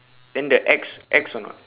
then the X X or not